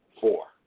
Four